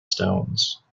stones